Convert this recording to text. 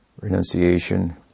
Renunciation